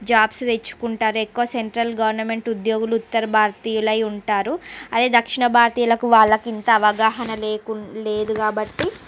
jobs తెచ్చుకుంటారు ఎక్కువ central government ఉద్యోగులు ఉత్తర భారతీయులై ఉంటారు అదే దక్షణ భారతీయులకు వాళ్ళకు ఇంత అవగాహన లేకుం లేదు కాబట్టి